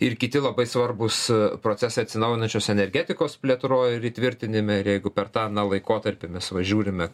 ir kiti labai svarbūs procesai atsinaujinančios energetikos plėtroj ir įtvirtinime jeigu per tą na laikotarpį mes va žiūrime